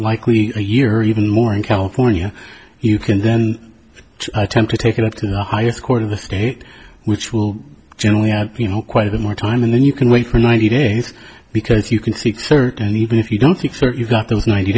likely a year even more in california you can then attempt to take it up to the highest court in the state which will generally have you know quite a bit more time and then you can wait for ninety days because you can seek certain even if you don't think so you've got those ninety